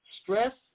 Stress